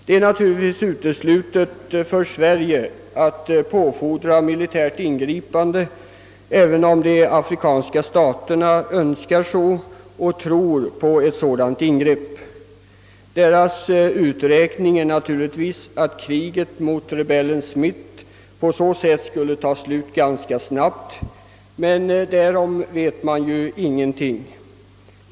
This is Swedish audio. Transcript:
Det är naturligtvis för Sveriges del uteslutet att påfordra militärt ingripande, även om de afrikanska staterna önskar och tror på ett sådant ingripande. Deras uträkning är givetvis att kriget mot rebellen Smith i så fall ganska snabbt skulle få ett slut, men därom vet man ju ingenting.